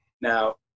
Now